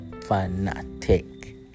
Fanatic